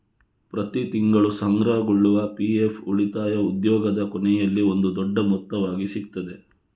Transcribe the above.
ಪ್ರತಿ ತಿಂಗಳು ಸಂಗ್ರಹಗೊಳ್ಳುವ ಪಿ.ಎಫ್ ಉಳಿತಾಯ ಉದ್ಯೋಗದ ಕೊನೆಯಲ್ಲಿ ಒಂದು ದೊಡ್ಡ ಮೊತ್ತವಾಗಿ ಸಿಗ್ತದೆ